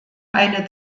eine